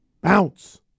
Bounce